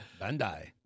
Bandai